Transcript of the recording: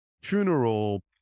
funeral